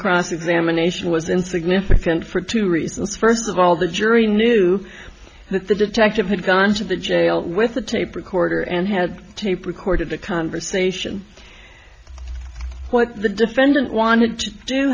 cross examination was insignificant for two reasons first of all the jury knew that the detective had gone to the jail with a tape recorder and had tape recorded the conversation what the defendant wanted to do